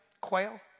Quail